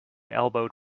elbowed